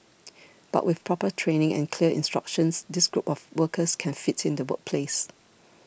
but with proper training and clear instructions this group of workers can fit in the workplace